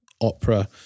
opera